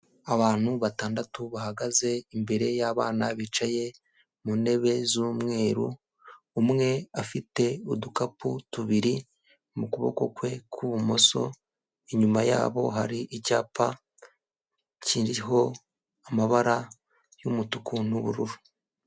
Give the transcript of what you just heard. Abantu batandatu bahagaze imbere yabana bicaye mu ntebe z'umweru, umwe afite udukapu tubiri mu kuboko kwe kw'ibumoso, inyuma yabo hari icyapa kiriho amabara y'umutuku n'ubururu.